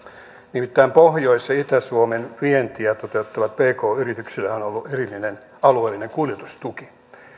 nimittäin pohjois ja itä suomen vientiä toteuttavilla pk yrityksillä on ollut erillinen alueellinen kuljetustuki